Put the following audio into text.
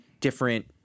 different